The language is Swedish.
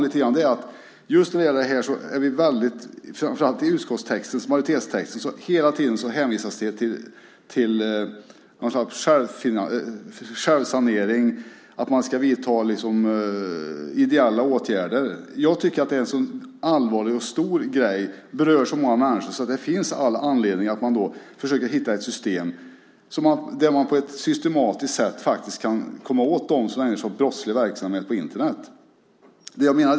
Det jag vänder mig emot är framför allt att det i utskottsmajoritetens text hela tiden hänvisas till något slags självsanering och att man ska vidta ideella åtgärder. Jag tycker att det är en allvarlig och stor sak som berör så många människor att det finns all anledning att man försöker hitta ett system för att komma åt dem som ägnar sig åt brottslig verksamhet på Internet.